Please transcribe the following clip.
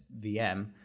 VM